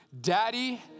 Daddy